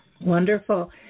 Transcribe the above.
wonderful